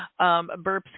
burps